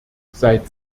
seit